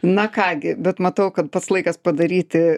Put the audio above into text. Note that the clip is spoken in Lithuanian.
na ką gi bet matau kad pats laikas padaryti